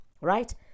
right